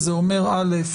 וזה אומר, א'.